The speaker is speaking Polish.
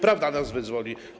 Prawda nas wyzwoli.